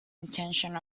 intention